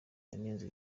yanenze